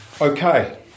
okay